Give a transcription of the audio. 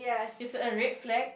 is a red flag